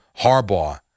Harbaugh